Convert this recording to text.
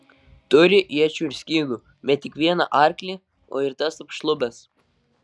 turi iečių ir skydų bet tik vieną arklį o ir tas apšlubęs